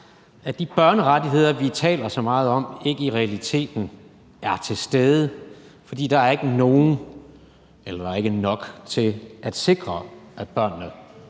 at de børnerettigheder, vi taler så meget om, ikke i realiteten er til stede, fordi der ikke er nok til at sikre, at børnene